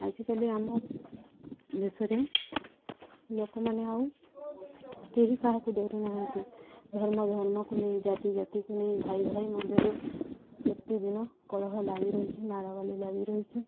ଆଜିକାଲି ଆମ ଦେଶରେ ଲୋକମାନେ ଆଉ କେହି କାହାକୁ ଡରୁନାହାନ୍ତି ଧର୍ମ ଧର୍ମକୁ ନେଇ ଜାତି ଜାତିକୁ ନେଇ ଭାଇ ଭାଇ ମଧ୍ୟରେ ପ୍ରତିଦିନ କଳହ ଲାଗି ରହିଛି ମାଡ଼ ଗାଳି ଲାଗି ରହିଛି